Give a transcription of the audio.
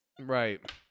Right